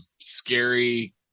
scary